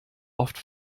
oft